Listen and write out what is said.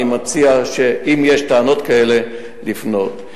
אני מציע שאם יש טענות כאלה, לפנות.